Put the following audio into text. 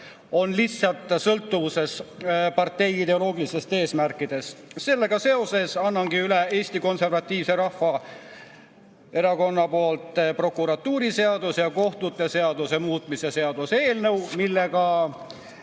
on lihtsalt sõltuvuses partei ideoloogilistest eesmärkidest. Sellega seoses annan Eesti Konservatiivse Rahvaerakonna nimel üle prokuratuuriseaduse ja kohtute seaduse muutmise seaduse eelnõu, millega